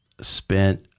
spent